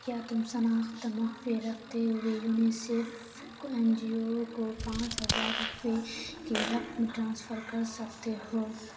کیا تم شناخت مخفی رکھتے ہوئے یونیسیف این جی او کو پانچ ہزار روپے کی رقم ٹرانسفر کر سکتے ہو